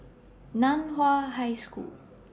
NAN Hua High School